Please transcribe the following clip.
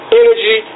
energy